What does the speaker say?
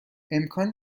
امکان